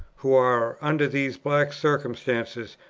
who are, under these black circumstances,